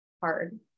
hard